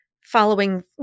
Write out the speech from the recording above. following